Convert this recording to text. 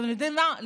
יודעים מה?